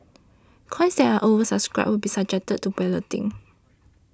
coins that are oversubscribed will be subjected to balloting